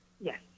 Yes